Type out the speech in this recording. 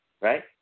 Right